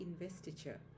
investiture